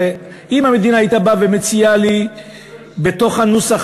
הרי אם המדינה הייתה באה ומציעה לי בתוך הנוסח